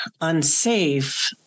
unsafe